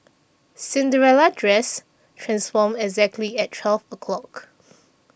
Cinderella's dress transformed exactly at twelve o'clock